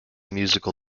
musical